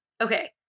okay